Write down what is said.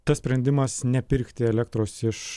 tas sprendimas nepirkti elektros iš